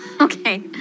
Okay